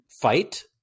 fight